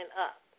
up